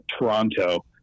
Toronto